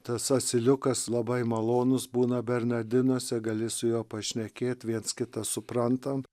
tas asiliukas labai malonus būna bernardinuose gali su juo pašnekėt viens kitą suprantam